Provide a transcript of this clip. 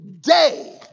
day